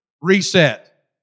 reset